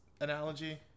analogy